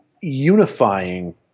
unifying